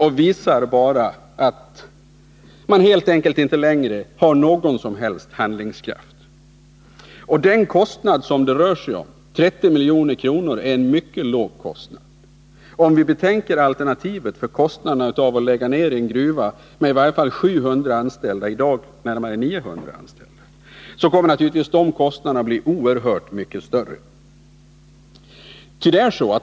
De visar bara att regeringen nu inte har någon som helst handlingskraft. Den kostnad det rör sig om, 30 milj.kr., är mycket liten. Det gäller speciellt om vi betänker alternativet: kostnaden för att lägga ned en gruva med i varje fall 700 anställda — i dag är det närmare 900 anställda. Denna kostnad blir naturligtvis oerhört mycket större.